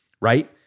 Right